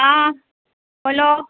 हाँ बोलो